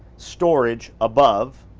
storage above.